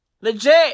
Legit